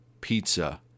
pizza